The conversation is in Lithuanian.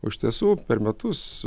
o iš tiesų per metus